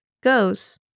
goes